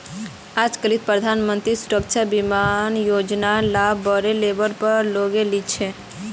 आजकालित प्रधानमंत्री सुरक्षा बीमा योजनार लाभ बोरो लेवलेर पर लोग ली छेक